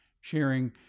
sharing